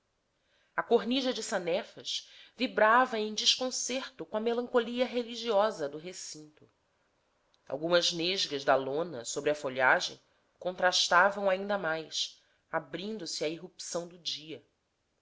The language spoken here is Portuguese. a cornija sanefas vibrava em desconcerto com a melancolia religiosa do recinto algumas nesgas da lona sobre a folhagem contrastavam ainda mais abrindo-se à irrupção do dia